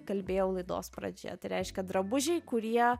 kalbėjau laidos pradžioje tai reiškia drabužiai kurie